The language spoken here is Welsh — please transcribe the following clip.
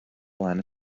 flaen